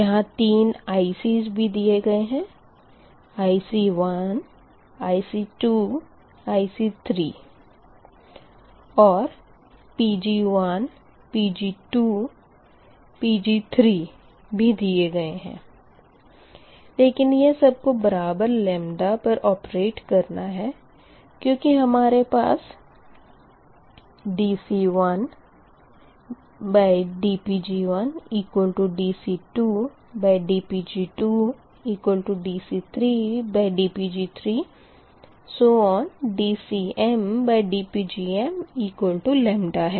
यहाँ तीन ICs भी दिए गए है IC1 IC2 IC3 और Pg1 Pg2 Pg3 भी दिए गए है लेकिन यह सब को बराबर लेमदा पर ओपेरेट करना है क्यूँकि हमारे पास dC1dPg1dC2dPg2dC3dPg3dCmdPgmλ है